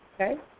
okay